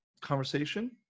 conversation